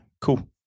cool